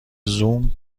زوم